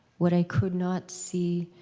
what i could not see,